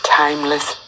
timeless